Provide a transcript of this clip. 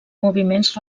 moviments